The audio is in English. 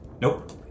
Nope